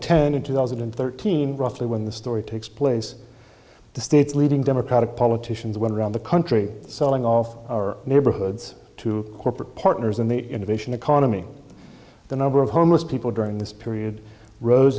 ten and two thousand and thirteen roughly when the story takes place the state's leading democratic politicians went around the country selling off our neighborhoods to corporate partners in the innovation economy the number of homeless people during this period ro